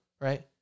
right